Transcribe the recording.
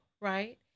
right